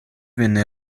venne